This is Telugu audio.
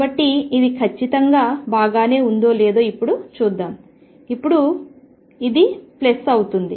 కాబట్టి ఇది ఖచ్చితంగా బాగానే ఉందో లేదో ఇప్పుడు చూద్దాం ఇది అవుతుంది